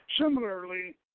Similarly